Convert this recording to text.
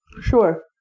Sure